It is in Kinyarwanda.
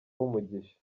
umugisha